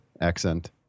accent